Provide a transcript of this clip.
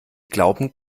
glauben